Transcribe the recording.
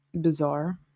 bizarre